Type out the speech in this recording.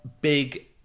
big